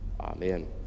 amen